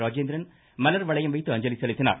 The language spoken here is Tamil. ராஜேந்திரன் மலர் வளையம் வைத்து அஞ்சலி செலுத்தினார்